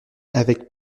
avec